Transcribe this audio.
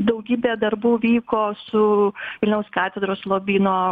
daugybė darbų vyko su vilniaus katedros lobyno